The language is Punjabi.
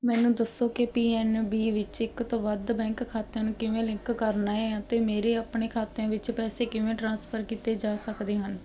ਮੈਨੂੰ ਦੱਸੋ ਕਿ ਪੀ ਐਨ ਬੀ ਵਿੱਚ ਇੱਕ ਤੋਂ ਵੱਧ ਬੈਂਕ ਖਾਤਿਆਂ ਨੂੰ ਕਿਵੇਂ ਲਿੰਕ ਕਰਨਾ ਹੈ ਅਤੇ ਮੇਰੇ ਆਪਣੇ ਖਾਤਿਆਂ ਵਿੱਚ ਪੈਸੇ ਕਿਵੇਂ ਟ੍ਰਾਂਸਫਰ ਕੀਤੇ ਜਾ ਸਕਦੇ ਹਨ